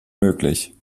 möglich